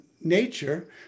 nature